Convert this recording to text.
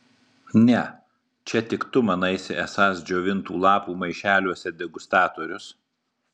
ne čia tik tu manaisi esąs džiovintų lapų maišeliuose degustatorius